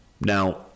Now